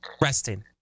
resting